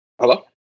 Hello